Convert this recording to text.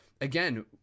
again